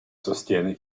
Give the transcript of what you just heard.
sostiene